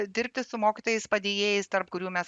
dirbti su mokytojais padėjėjais tarp kurių mes